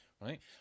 right